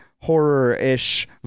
Horror-ish